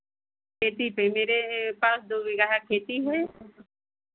खेती पे मेरे पास दो बीघा खेती है